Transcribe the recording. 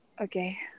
Okay